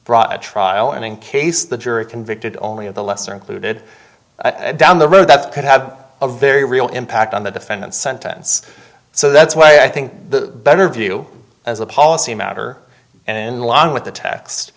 brought to trial and in case the jury convicted only of the lesser included down the road that could have a very real impact on the defendant sentence so that's why i think the better view as a policy matter and in line with the t